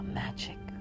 magic